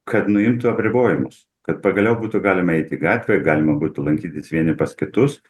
kad nuimtų apribojimus kad pagaliau būtų galima eiti į gatvę galima būtų lankytis vieni pas kitus